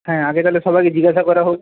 হ্যাঁ আগে তাহলে সবাইকে জিজ্ঞাসা করা হোক